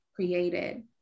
Created